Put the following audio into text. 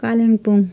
Kalimpong